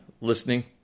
listening